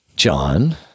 John